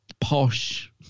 posh